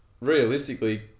realistically